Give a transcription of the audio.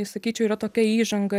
sakyčiau yra tokia įžanga